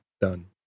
Done